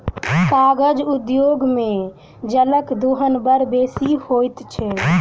कागज उद्योग मे जलक दोहन बड़ बेसी होइत छै